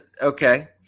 okay